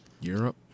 Europe